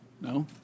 no